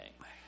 Okay